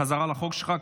בחזרה לחוק שלך,